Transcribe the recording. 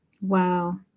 Wow